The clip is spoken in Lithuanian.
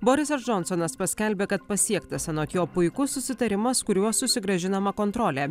borisas džonsonas paskelbė kad pasiektas anot jo puikus susitarimas kuriuo susigrąžinama kontrolė